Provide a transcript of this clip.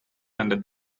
under